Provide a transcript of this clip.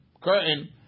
curtain